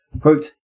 Quote